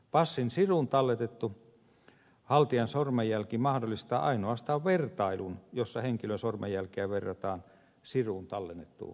passin siruun talletettu haltijan sormenjälki mahdollistaa ainoastaan vertailun jossa henkilön sormenjälkeä verrataan siruun talletettuun sormenjälkeen